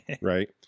Right